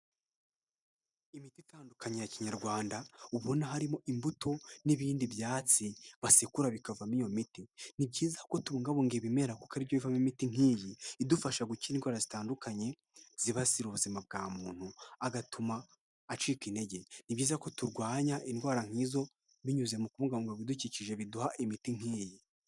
Imiti itandukanye ya kinyarwanda ubona harimo imbuto n'ibindi byatsi basekura bikavamo iyo miti, ni byiza tubungabunga ibimera kuko ari byo bivamo imiti nk'iyi idufasha gukira indwara zitandukanye zibasira ubuzima bwa muntu agatuma acika intege, ni byiza ko turwanya indwara nk'izo binyuze mu kubungabunga ibidukikije biduha imiti nk'iyi.